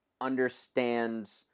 understands